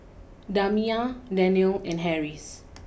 Damia Danial and Harris